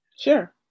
Sure